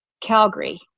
Calgary –